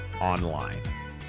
online